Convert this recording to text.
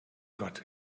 gott